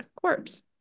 corpse